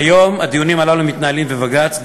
כיום הדיונים הללו מתנהלים בבג"ץ,